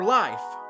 life